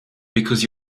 because